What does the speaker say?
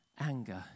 anger